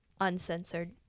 Uncensored